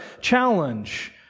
challenge